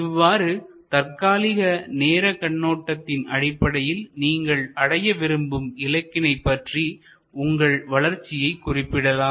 இவ்வாறு தற்காலிக நேர கண்ணோட்டத்தின் அடிப்படையில் நீங்கள் அடைய விரும்பும் இலக்கினை பற்றி உங்கள் வளர்ச்சியை குறிப்பிடலாம்